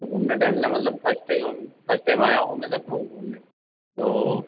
तो घूमना टहलना मतलब फर्स्ट टाइम फर्स्ट टाइम आया हूँ मैं लखनऊ घूमने तो